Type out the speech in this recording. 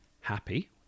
happy